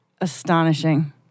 astonishing